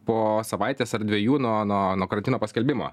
po savaitės ar dvejų nuo nuo nuo karantino paskelbimo